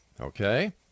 Okay